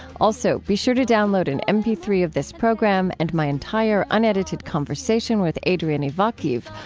also, be sure to download an m p three of this program and my entire unedited conversation with adrian ivakhiv,